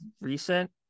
recent